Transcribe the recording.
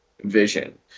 vision